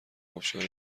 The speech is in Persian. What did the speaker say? ابشار